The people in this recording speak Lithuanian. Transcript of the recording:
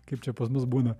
kaip čia pas mus būna